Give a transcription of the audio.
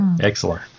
Excellent